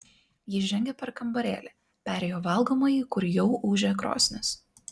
ji žengė per kambarėlį perėjo valgomąjį kur jau ūžė krosnis